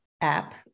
app